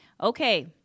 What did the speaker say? Okay